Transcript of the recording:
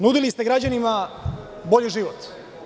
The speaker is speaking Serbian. Nudili ste građanima bolji život.